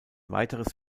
weiteres